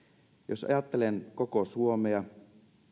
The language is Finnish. jos ajattelen koko suomea